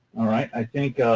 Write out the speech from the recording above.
all right, i think,